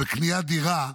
בקניית דירה,